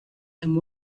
and